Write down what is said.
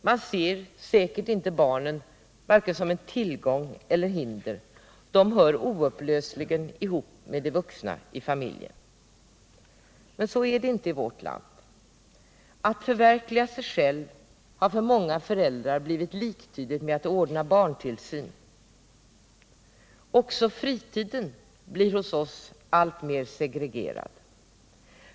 Man ser säkert inte barnen som vare sig en tillgång eller ett hinder — de hör oupplösligen ihop med de vuxna i familjen. Men så är det inte i vårt land. Att förverkliga sig själv har för många föräldrar blivit liktydigt med att ordna barntillsyn. 61 Också fritiden blir hos oss alltmer segregerad.